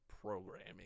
programming